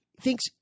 thinks